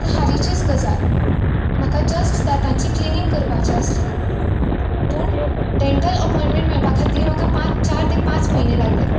आतां हालिंचीच गजाल म्हाका जस्ट दातांची क्लिनिंग करपाची आसली पूण डेंटल अपाॅयनमेंट मेळपा खातीर म्हाका पांच चार तें पांच म्हयने लागले